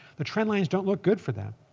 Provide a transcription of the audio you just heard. the trend lines don't look good for them.